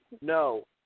No